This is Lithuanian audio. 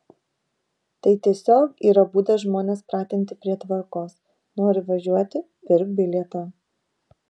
tai tiesiog yra būdas žmones pratinti prie tvarkos nori važiuoti pirk bilietą